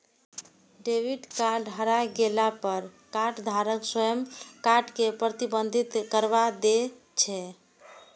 debit card हेरा गेला पर कार्डधारक स्वयं कार्ड कें प्रतिबंधित करबा दै छै